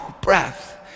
breath